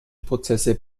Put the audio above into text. prozesse